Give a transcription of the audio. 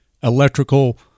electrical